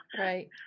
Right